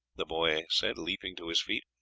the boy said, leaping to his feet.